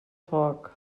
foc